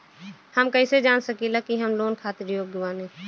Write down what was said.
हम कईसे जान सकिला कि हम लोन खातिर योग्य बानी?